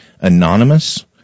anonymous